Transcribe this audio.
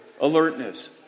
alertness